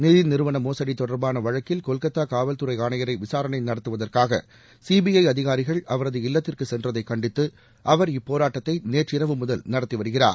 நிதி நிறுவன மோசடி தொடர்பான வழக்கில் கொல்கத்தா காவல்துறை ஆணையரை விசாரணை நடத்துவதற்காக சிபிற அதிகாரிகள் அவரது இல்லத்திற்கு சென்றதை கண்டித்து அவர் இப்போராட்டத்தை நேற்றிரவு முதல் நடத்தி வருகிறார்